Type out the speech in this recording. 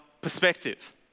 perspective